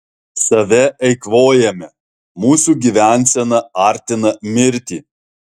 save eikvojame mūsų gyvensena artina mirtį